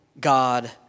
God